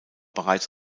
bereits